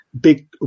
big